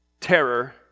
Terror